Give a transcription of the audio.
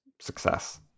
success